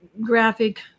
graphic